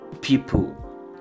people